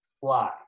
fly